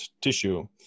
tissue